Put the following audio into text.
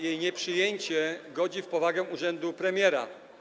Jej nieprzyjęcie godzi w powagę urzędu premiera.